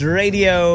radio